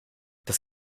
das